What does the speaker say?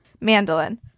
Mandolin